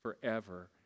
forever